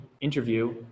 interview